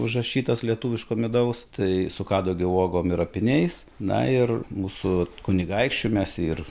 užrašytas lietuviško midaus tai su kadagio uogom ir apyniais na ir mūsų vat kunigaikščių mes jį ir